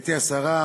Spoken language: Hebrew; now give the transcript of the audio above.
גברתי השרה,